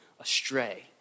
astray